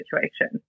situation